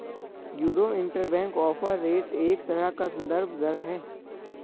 euro interbank offer rate एक तरह का सन्दर्भ दर है